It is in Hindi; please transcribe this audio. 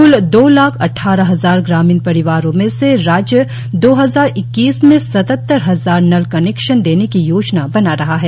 क्ल दो लाख अट्टारह हजार ग्रामीण परिवारों में से राज्य दो हजार इक्कीस में सत्तर हजार नल कनेक्शन देने की योजना बना रहा है